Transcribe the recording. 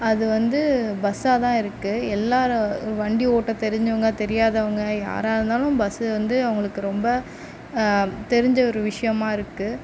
அது வந்து பஸ்ஸாக தான் இருக்குது எல்லோரும் வண்டி ஓட்ட தெரிஞ்சவங்க தெரியாதவங்க யாராக இருந்தாலும் பஸ்ஸு வந்து அவங்களுக்கு ரொம்ப தெரிஞ்ச ஒரு விஷயமா இருக்குது